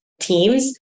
teams